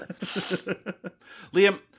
Liam